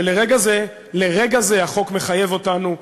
שלרגע זה החוק מחייב אותו,